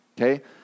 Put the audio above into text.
okay